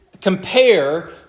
compare